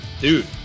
Dude